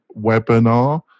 webinar